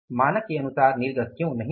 मानक के अनुसार निर्गत क्यों नहीं है